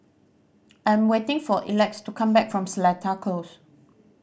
I'm waiting for Elex to come back from Seletar Close